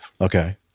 Okay